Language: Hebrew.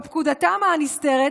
או פקודתם הנסתרת,